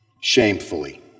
shamefully